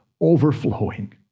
overflowing